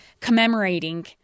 commemorating